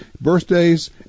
birthdays